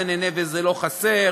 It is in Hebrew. זה נהנה וזה לא חסר.